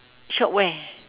shop where